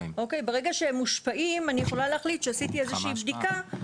ברגע שהם מושפעים אני יכולה להחליט שעשיתי איזושהי בדיקה,